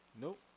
Nope